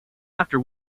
after